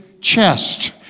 chest